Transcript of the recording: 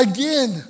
Again